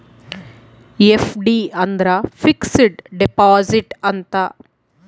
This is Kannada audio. ಎಫ್.ಡಿ ಅಂದ್ರ ಫಿಕ್ಸೆಡ್ ಡಿಪಾಸಿಟ್ ಅಂತ